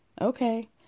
okay